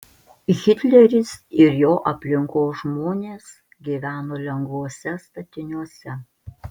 hitleris ir jo aplinkos žmonės gyveno lengvuose statiniuose